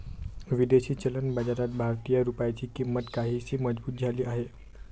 विदेशी चलन बाजारात भारतीय रुपयाची किंमत काहीशी मजबूत झाली आहे